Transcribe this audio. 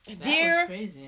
dear